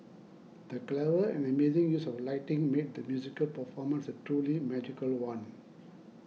the clever and amazing use of lighting made the musical performance a truly magical one